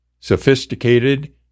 Sophisticated